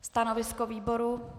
Stanovisko výboru?